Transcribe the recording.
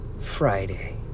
Friday